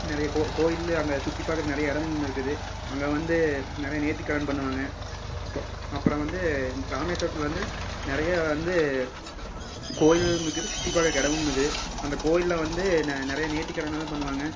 நிறைய கோவிலு அங்கே சுற்றி பார்க்குறத்துக்கு நிறையா இடமும் இருக்குது அங்கே வந்து நிறையா நேர்த்திக்கடன் பண்ணுவாங்க அப்பறம் அப்புறம் வந்து ராமேஸ்வரத்தில் வந்து நிறைய வந்து கோவிலும் இருக்குது சுற்றி பாக்குறதுக்கு இடமும் இருக்குது அந்த கோவிலில் வந்து நிறைய நேர்த்திக்கடனெல்லாம் பண்ணுவாங்க